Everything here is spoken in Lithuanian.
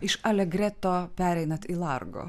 iš alegreto pereinat į largo